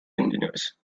engineers